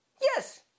Yes